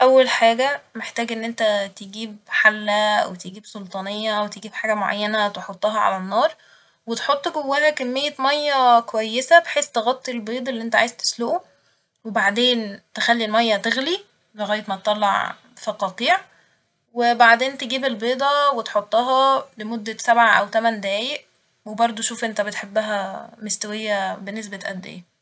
أول حاجة محتاج إن إنت تجيب حلة أو تجيب سلطانية تجيب حاجة معينة تحطها على النار وتحط جواها كمية مية كويسة بحيث تغطي البيض اللي انت عايز تسلقه وبعدين تخلي المية تغلي لغاية ما تطلع فقاقيع وبعدين تجيب البيضة وتحطها لمدة سبع أو تمن دقايق و برضه شوف إنت بتحبها مستوية بنسبة قد إيه